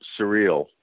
surreal